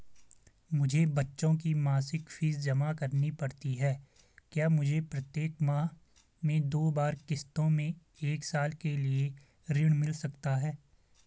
मुझे बच्चों की मासिक फीस जमा करनी पड़ती है क्या मुझे प्रत्येक माह में दो बार किश्तों में एक साल के लिए ऋण मिल सकता है?